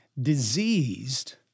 diseased